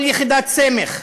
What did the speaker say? כל יחידת סמך,